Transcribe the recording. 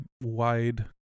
wide